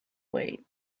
away